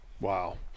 Wow